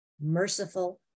merciful